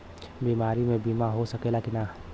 बीमारी मे बीमा हो सकेला कि ना?